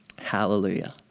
Hallelujah